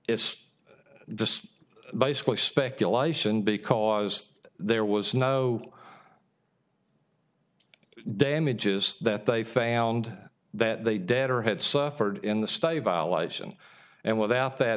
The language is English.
it's just basically speculation because there was no damages that they found that they debtor had suffered in the state and without that